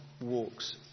walks